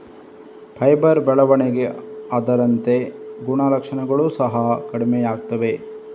fibre ಬೆಳವಣಿಗೆ ಆದಂತೆ ಗುಣಲಕ್ಷಣಗಳು ಸಹ ಕಡಿಮೆಯಾಗುತ್ತವೆ